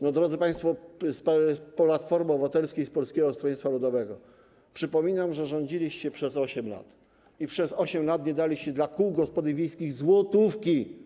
No, drodzy państwo z Platformy Obywatelskiej i z Polskiego Stronnictwa Ludowego, przypominam, że rządziliście przez 8 lat i przez 8 lat nie daliście dla kół gospodyń wiejskich złotówki.